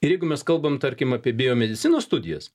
ir jeigu mes kalbam tarkim apie biomedicinos studijas